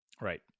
Right